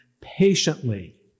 patiently